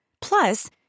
Plus